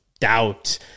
doubt